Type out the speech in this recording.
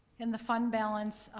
in the fund balance,